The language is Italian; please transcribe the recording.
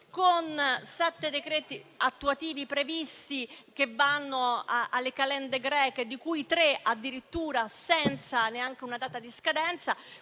con sette decreti attuativi previsti che vanno alle calende greche, tre dei quali addirittura senza neanche una data di scadenza.